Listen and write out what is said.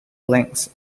lengths